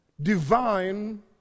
divine